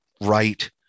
right